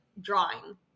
drawing